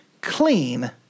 clean